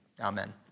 amen